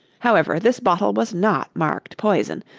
however, this bottle was not marked poison,